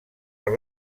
per